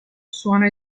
suona